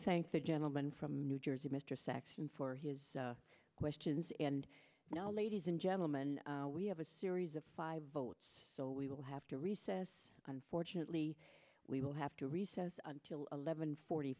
thank the gentleman from new jersey mr saxon for his questions and now ladies and gentleman we have a series of five votes so we will have to recess unfortunately we will have to recess until eleven forty